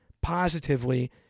positively